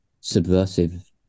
subversive